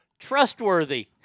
Trustworthy